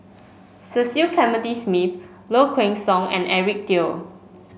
Cecil Clementi Smith Low Kway Song and Eric Teo